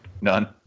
None